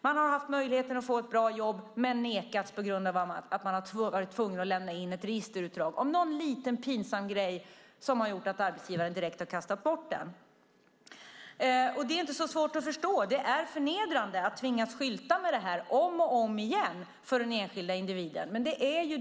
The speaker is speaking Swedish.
De har haft möjlighet att få ett bra jobb men sedan nekats på grund av att de varit tvungna att lämna in ett registerutdrag om någon liten pinsam sak som gjort att arbetsgivaren direkt har kastat bort deras ansökan. Det är inte så svårt att förstå dessa människor. Det är förnedrande för den enskilde individen att om och om igen tvingas skylta med detta.